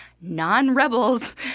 non-rebels